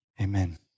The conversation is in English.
Amen